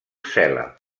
cella